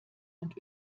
und